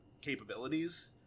capabilities